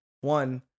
one